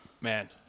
Man